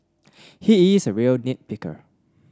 he is a real nit picker